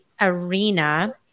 arena